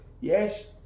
yes